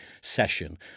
session